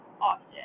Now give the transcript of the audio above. often